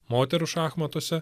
moterų šachmatuose